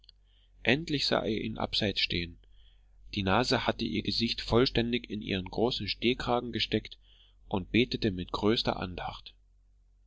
endlich sah er ihn abseits stehen die nase hatte ihr gesicht vollständig in ihren großen stehkragen gesteckt und betete mit größter andacht